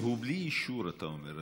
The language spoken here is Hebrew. הוא בלי אישור, אתה אומר.